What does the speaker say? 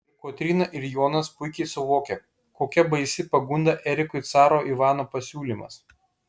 ir kotryna ir jonas puikiai suvokia kokia baisi pagunda erikui caro ivano pasiūlymas